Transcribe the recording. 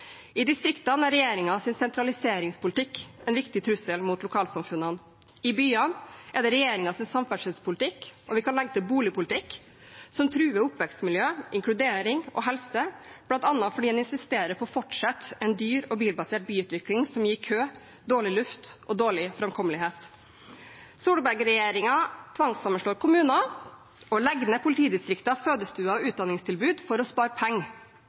I distriktene er regjeringens sentraliseringspolitikk en viktig trussel mot lokalsamfunnene. I byene er det regjeringens samferdselspolitikk – og vi kan legge til boligpolitikk – som truer oppvekstmiljø, inkludering og helse, bl.a. fordi en insisterer på å fortsette en dyr og bilbasert byutvikling som gir kø, dårlig luft og dårlig framkommelighet. Solberg-regjeringen tvangssammenslår kommuner og legger ned politidistrikter, fødestuer og utdanningstilbud for å spare penger.